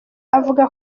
avuga